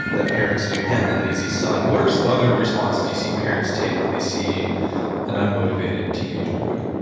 that parents do on a lazy son, what are some other responses you see parents take when they see an unmotivated teenage boy?